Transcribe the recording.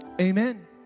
Amen